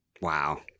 wow